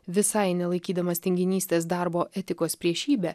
visai nelaikydamas tinginystės darbo etikos priešybė